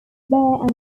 bare